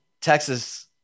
Texas